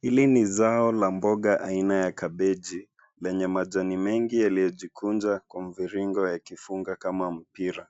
Hili ni zao la mboga aina ya kabeji lenye majani mengi yaliyojikunja kwa mviringo yakifunga kama mpira.